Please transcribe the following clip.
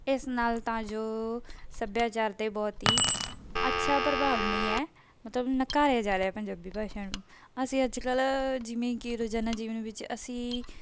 ਇਸ ਨਾਲ ਤਾਂ ਜੋ ਸੱਭਿਆਚਾਰ 'ਤੇ ਬਹੁਤ ਹੀ ਅੱਛਾ ਪ੍ਰਭਾਵ ਨਹੀਂ ਹੈ ਮਤਲਬ ਨਕਾਰਿਆ ਜਾ ਰਿਹਾ ਪੰਜਾਬੀ ਭਾਸ਼ਾ ਨੂੰ ਅਸੀਂ ਅੱਜ ਕੱਲ੍ਹ ਜਿਵੇਂ ਕਿ ਰੋਜ਼ਾਨਾ ਜੀਵਨ ਵਿੱਚ ਅਸੀਂ